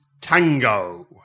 Tango